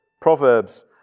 Proverbs